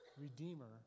Redeemer